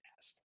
asked